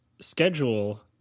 schedule